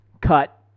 cut